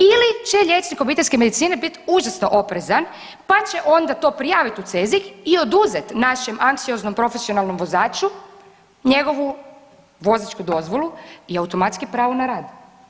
Ili će liječnik obiteljske medicine biti užasno oprezan, pa će onda to prijaviti u CEZIH i oduzeti našem anksioznom profesionalnom vozaču njegovu vozačku dozvolu i automatski pravo na rad.